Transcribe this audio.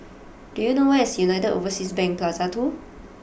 do you know where is United Overseas Bank Plaza Two